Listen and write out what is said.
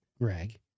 Greg